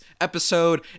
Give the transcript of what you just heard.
episode